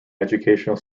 educational